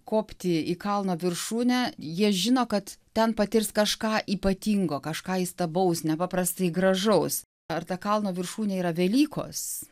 kopti į kalno viršūnę jie žino kad ten patirs kažką ypatingo kažką įstabaus nepaprastai gražaus ar ta kalno viršūnė yra velykos